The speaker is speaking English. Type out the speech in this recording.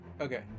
Okay